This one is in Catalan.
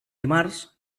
dimarts